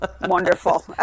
Wonderful